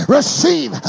Receive